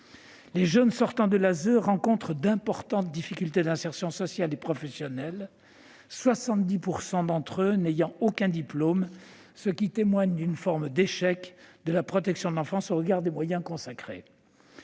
Les jeunes sortant de l'ASE rencontrent d'importantes difficultés d'insertion sociale et professionnelle, 70 % d'entre eux n'ayant aucun diplôme, ce qui témoigne d'une forme d'échec de la protection de l'enfance eu égard aux moyens qui